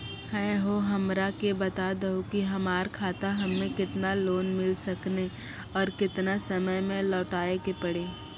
है हो हमरा के बता दहु की हमार खाता हम्मे केतना लोन मिल सकने और केतना समय मैं लौटाए के पड़ी?